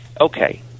okay